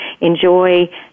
enjoy